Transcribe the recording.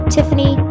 Tiffany